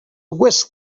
whisked